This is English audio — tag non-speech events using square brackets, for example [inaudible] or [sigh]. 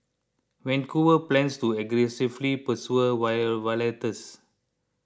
Vancouver plans to aggressively pursue [unintelligible] violators